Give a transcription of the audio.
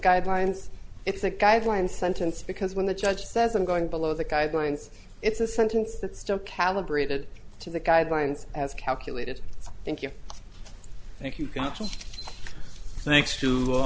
guidelines it's a guideline sentence because when the judge says i'm going below the guidelines it's a sentence that's still calibrated to the guidelines as calculated thank you thank you